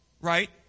Right